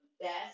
best